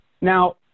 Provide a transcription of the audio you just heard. Now